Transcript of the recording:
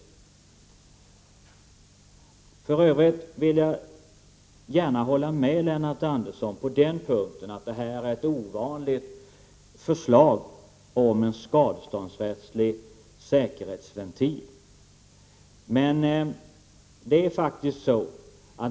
För övrigt kan jag gärna hålla med Lennart Andersson om att detta är ett ovanligt förslag till en skadeståndsrättslig säkerhetsventil.